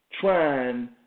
trying